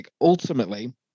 Ultimately